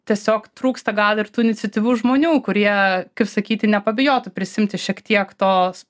tiesiog trūksta gal ir tų iniciatyvių žmonių kurie kaip sakyti nepabijotų prisiimti šiek tiek tos